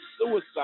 suicide